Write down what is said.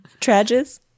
Trages